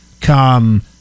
come